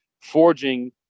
Forging